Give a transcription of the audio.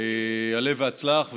עלה והצלח,